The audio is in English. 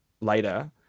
later